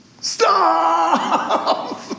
Stop